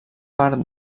part